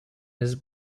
his